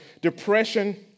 depression